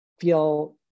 feel